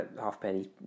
halfpenny